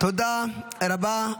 תודה רבה.